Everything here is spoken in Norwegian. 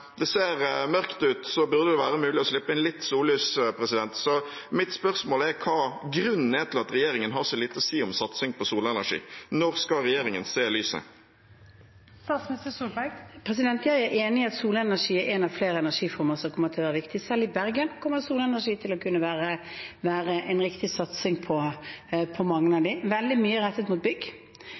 det ser mørkt ut, burde det være mulig å slippe inn litt sollys. Så mitt spørsmål er hva grunnen er til at regjeringen har så lite å si om satsing på solenergi. Når skal regjeringen se lyset? Jeg er enig i at solenergi er en av flere energiformer som kommer til å være viktig. Selv i Bergen kommer solenergi til å kunne være en riktig satsing for mange. Veldig mye rettet mot bygg